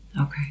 Okay